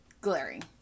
glaring